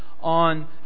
on